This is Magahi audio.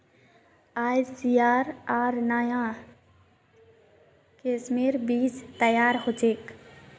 आईसीएआर नाया किस्मेर बीज तैयार करछेक